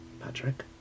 Patrick